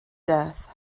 death